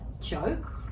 joke